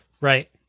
Right